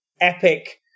epic